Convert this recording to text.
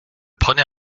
prenez